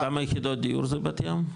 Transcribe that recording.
כמה יחידות דיור זה בת ים?